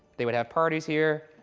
they would have parties here.